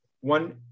one